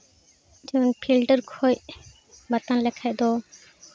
ᱡᱮᱢᱚᱱ ᱯᱷᱤᱞᱴᱟᱨ ᱠᱷᱚᱡ ᱵᱟᱛᱟᱱ ᱞᱮᱠᱷᱟᱡ ᱫᱚ